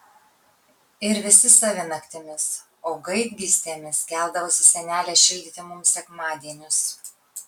ir visi savi naktimis o gaidgystėmis keldavosi senelė šildyti mums sekmadienius